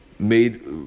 Made